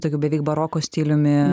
tokiu beveik baroko stiliumi